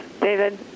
David